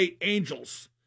Angels